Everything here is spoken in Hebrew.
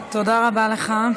תודה רבה לך.